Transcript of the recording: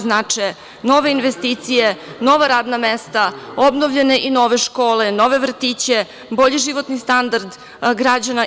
Znače nove investicije, nova radna mesta, obnovljene i nove škole, nove vrtiće, bolji životni standard građana.